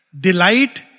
Delight